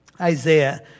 Isaiah